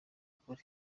ukuri